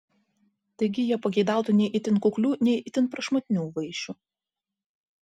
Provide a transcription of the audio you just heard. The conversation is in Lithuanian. taigi jie pageidautų nei itin kuklių nei itin prašmatnių vaišių